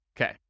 Okay